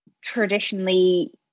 traditionally